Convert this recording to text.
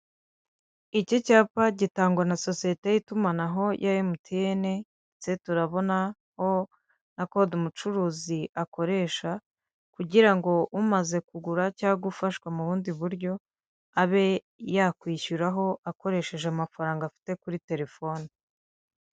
Iki cyapa gitangwa na sosiyete y'itumanaho ya emutiyeni ndetse turabonaho na kode umucuruzi akoresha kugira umaze kugura cyangwa gufashwa mu bundi buryo abe yakwishyuraho akoresheje amafaranga afite kuri telefoni.